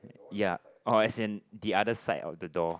ya oh as in the other side of the door